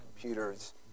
computers